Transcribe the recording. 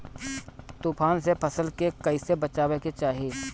तुफान से फसल के कइसे बचावे के चाहीं?